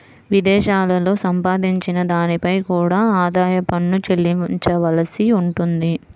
విదేశాలలో సంపాదించిన దానిపై కూడా ఆదాయ పన్ను చెల్లించవలసి ఉంటుంది